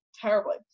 Terribly